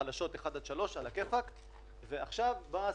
קריסה, אי אפשר לדבר על המנגנון הזה.